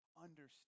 Understand